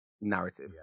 narrative